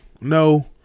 No